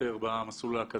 של פרופסור מן